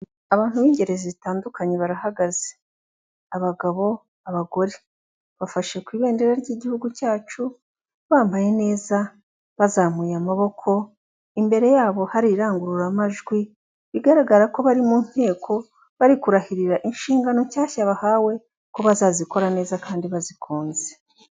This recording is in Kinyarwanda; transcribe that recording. Abantu b'ingeri zitandukanye barahagaze, abagabo, abagore bafashe ku ibendera ry'igihugu cyacu bambaye neza bazamuye amaboko imbere yabo hari irangururamajwi bigaragara ko bari mu nteko bari kurahirira inshingano nshyashya bahawe ko bazazikora neza kandi bazikunze.